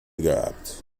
gehabt